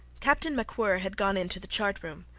captain macwhirr had gone into the chart-room.